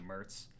Mertz